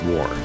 War